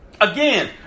Again